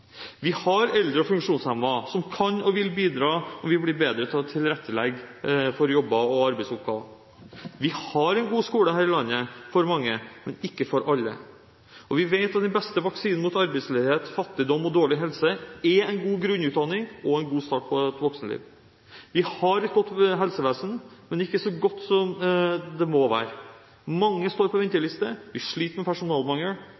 Vi har eldre og funksjonshemmede som kan og vil bidra om vi blir bedre til å tilettelegge for jobber og arbeidsoppgaver. Vi har en god skole her i landet for mange, men ikke for alle. Vi vet at den beste vaksinen mot arbeidsledighet, fattigdom og dårlig helse er en god grunnutdanning og en god start på et voksenliv. Vi har et godt helsevesen, men ikke så godt som det må være. Mange står på venteliste, vi sliter med personalmangel,